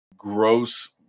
gross